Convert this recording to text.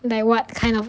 like what kind of